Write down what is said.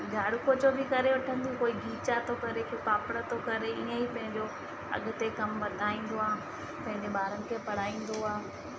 झाड़ू पोछो बि करे वठंदियूं कोई खीचा थो करे कोई पापड़ थो करे ईअं ई पंहिंजो अॻिते कम वधाईंदो आहे पंहिंजे ॿारनि खे पढ़ाईंदो आहे